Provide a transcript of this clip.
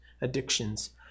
addictions